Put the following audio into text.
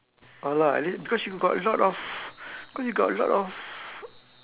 oh lah at least because you got a lot of because you got a lot of